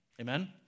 Amen